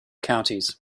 counties